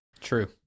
True